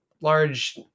large